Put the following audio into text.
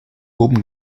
oben